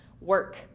work